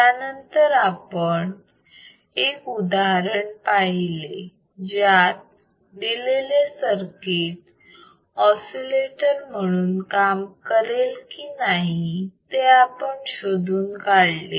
त्यानंतर आपण एक उदाहरण पाहिले ज्यात दिलेले सर्किट ऑसिलेटर म्हणून काम करेल की नाही ते आपण शोधून काढले